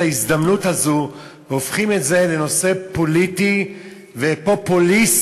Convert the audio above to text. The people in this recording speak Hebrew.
ההזדמנות הזאת והופכים את זה לנושא פוליטי ופופוליסטי,